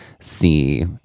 see